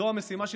זו המשימה שלי,